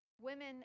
Women